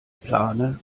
plane